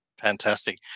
Fantastic